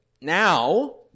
now